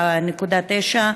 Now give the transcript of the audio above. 7.9,